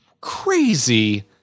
crazy